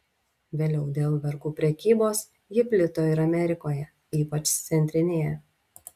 vėliau dėl vergų prekybos ji plito ir amerikoje ypač centrinėje